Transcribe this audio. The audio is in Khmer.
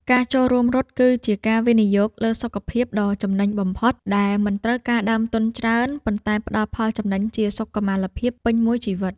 ការចូលរួមរត់គឺជាការវិនិយោគលើសុខភាពដ៏ចំណេញបំផុត ដែលមិនត្រូវការដើមទុនច្រើន ប៉ុន្តែផ្ដល់ផលចំណេញជាសុខុមាលភាពពេញមួយជីវិត។